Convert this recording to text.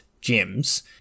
gems